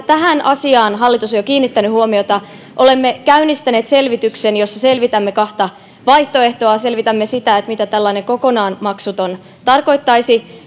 tähän asiaan hallitus on jo kiinnittänyt huomiota olemme käynnistäneet selvityksen jossa selvitämme kahta vaihtoehtoa selvitämme sitä mitä tällainen kokonaan maksuton tarkoittaisi